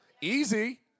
Easy